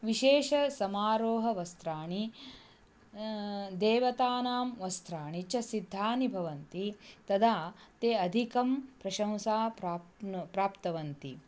विशेषसमारोहवस्त्राणि देवतानां वस्त्राणि च सिद्धानि भवन्ति तदा ते अधिकं प्रशंसां प्राप्नु प्राप्नुवन्ति